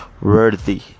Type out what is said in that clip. worthy